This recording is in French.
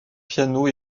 piano